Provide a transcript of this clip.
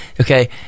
Okay